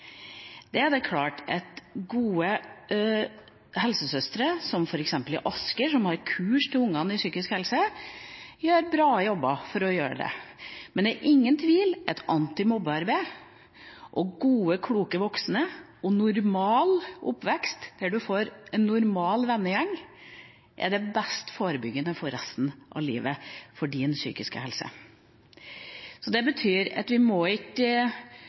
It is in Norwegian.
er det klart at gode helsesøstre – som f.eks. i Asker, som har kurs for ungene i psykisk helse – gjør en god jobb for å få til dette. Men det er ingen tvil om at antimobbearbeid, gode, kloke voksne og en normal oppvekst der man får en normal vennegjeng, er den beste forebygging for resten av livet for ens psykiske helse. Det betyr at vi ikke må fagliggjøre dette, ikke